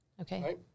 Okay